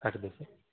କାଟି ଦେଉଛି